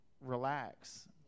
relax